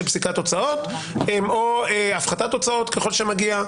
פסיקת הוצאות או הפחתת הוצאות ככל שמגיע,